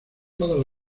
todas